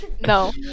No